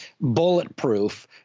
bulletproof